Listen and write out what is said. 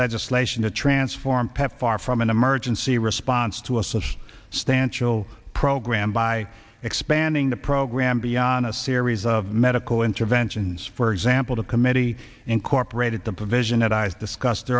legislation to transform pepfar from an emergency response to a social stansell program by expanding the program beyond a series of medical interventions for example the committee incorporated the provision that i was discussed